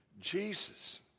Jesus